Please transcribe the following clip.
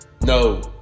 No